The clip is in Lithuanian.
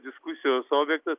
diskusijų stovi